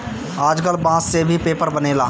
आजकल बांस से भी पेपर बनेला